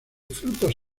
frutos